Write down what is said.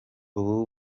ubu